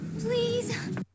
Please